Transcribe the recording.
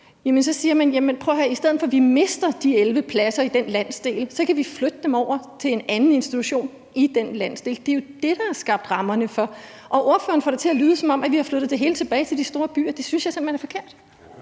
at høre, i stedet for at vi mister de 11 pladser i den landsdel, kan vi flytte dem over til en anden institution i den landsdel. Det er jo det, der har skabt rammerne for det. Ordføreren får det til at lyde, som om vi har flyttet det hele tilbage til de store byer. Det synes jeg simpelt hen er forkert.